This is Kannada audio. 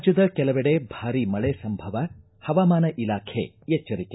ರಾಜ್ಯದ ಕೆಲವೆಡೆ ಭಾರೀ ಮಳೆ ಸಂಭವ ಹವಾಮಾನ ಇಲಾಖೆ ಎಚ್ಚರಿಕೆ